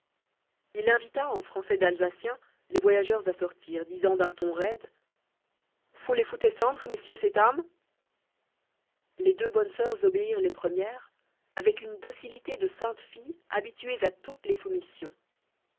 il invita en français d'alsacien les voyageurs à sortir disant d'un ton raide foulez vous tescentre messieurs et tames les deux bonnes soeurs obéirent les premières avec une docilité de saintes filles habituées à toutes les soumissions